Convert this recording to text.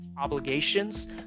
obligations